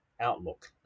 Outlook